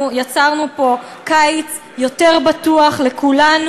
אנחנו יצרנו פה קיץ יותר בטוח לכולנו.